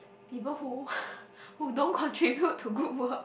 people who who don't contribute to good work